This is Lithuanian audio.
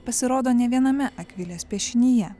pasirodo ne viename akvilės piešinyje